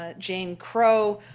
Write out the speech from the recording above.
ah jane crow,